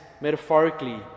metaphorically